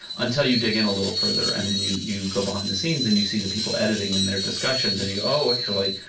until you dig in a little further, and then you you go behind the scenes, and you see the people editing, and their discussions. and you go, oh, actually,